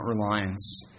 reliance